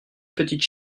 petites